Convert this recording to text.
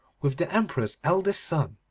with the emperor's eldest son.